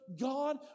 God